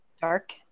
dark